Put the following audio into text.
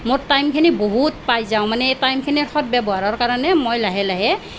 মোৰ টাইমখিনি বহুত পাই যাওঁ মানে এই টাইমখিনিৰ সৎ ব্যৱহাৰৰ কাৰণে মই লাহে লাহে